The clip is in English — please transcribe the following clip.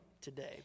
today